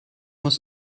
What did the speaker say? muss